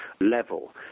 level